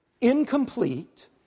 incomplete